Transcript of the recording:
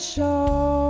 Show